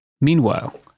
Meanwhile